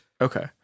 Okay